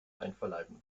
einverleiben